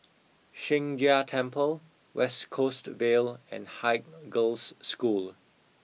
Sheng Jia Temple West Coast Vale and Haig Girls' School